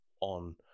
on